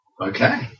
Okay